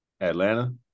Atlanta